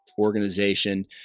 organization